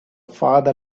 father